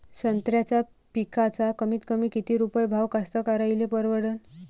संत्र्याचा पिकाचा कमीतकमी किती रुपये भाव कास्तकाराइले परवडन?